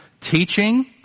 teaching